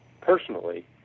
personally